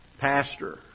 Pastor